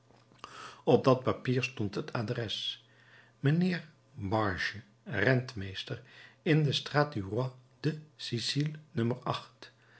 op dat papier stond het adres mijnheer barge rentmeester in de straat du roi de